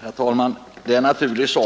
Herr talman! Det är naturligt